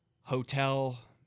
Hotel